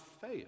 fail